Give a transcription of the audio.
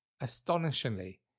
astonishingly